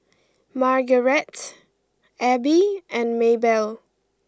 Margarete Abbey and Maebell